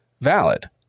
valid